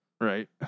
Right